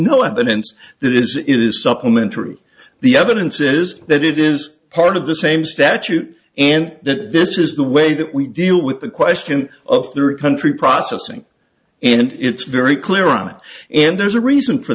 no evidence that is it is supplement truth the evidence is that it is part of the same statute and that this is the way that we deal with the question of third country processing and it's very clear on it and there's a reason for